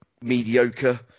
mediocre